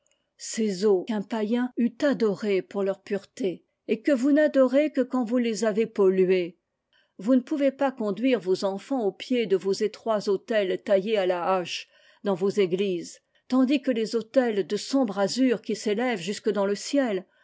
ces eaux qu'un païen eût adorées pour leur pureté et que vous n'adorez que quand vous les avez polluées vous ne pouvez pas conduire vos enfants aux pieds de vos étroits autels taillés à la hache dans vos églises tandis que les autels de sombre azur qui s'élèvent jusque dans le ciel